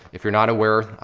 if you're not aware,